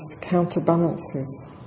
counterbalances